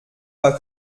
pas